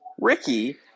Ricky